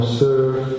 serve